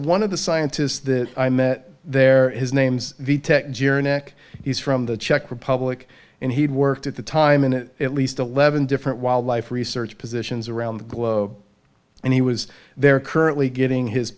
one of the scientists that i met there his name's he's from the czech republic and he had worked at the time and at least eleven different wildlife research positions around the globe and he was there currently getting his